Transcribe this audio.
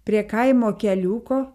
prie kaimo keliuko